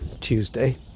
Tuesday